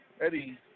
Eddie